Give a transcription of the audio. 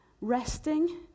resting